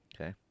Okay